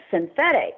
synthetic